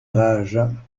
rage